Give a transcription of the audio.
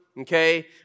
okay